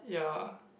ya